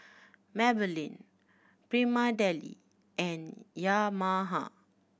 Maybelline Prima Deli and Yamaha